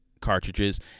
cartridges